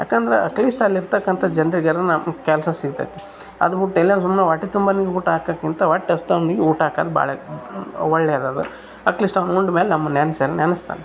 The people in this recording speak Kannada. ಯಾಕಂದರೆ ಅಟ್ಲೀಸ್ಟ್ ಅಲ್ಲಿರ್ತಕ್ಕಂಥ ಜನರಿಗೆ ಏನಾನ ಕೆಲಸ ಸಿಗ್ತದೆ ಅದು ಬಿಟ್ ಎಲ್ಲೋ ಸುಮ್ನೆ ಹೊಟ್ಟಿ ತುಂಬೋನಿಗ್ ಊಟ ಹಾಕೋಕ್ಕಿಂತ ಹೊಟ್ಟೆ ಹಸ್ದೋನಿಗ್ ಊಟ ಹಾಕೋದ್ ಬಹಳ ಒಳ್ಳೆದದ ಅಟ್ಲೀಸ್ಟ್ ಅವ್ನು ಉಂಡ ಮೇಲೆ ನಮ್ಮನ್ನು ನೆನ್ಸಿಯಾದ್ರ್ ನೆನಸ್ತಾನೆ